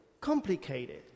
complicated